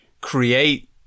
create